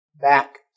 back